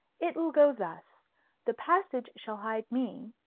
it will go thus the passage shall hide me,